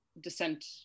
descent